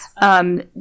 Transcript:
Yes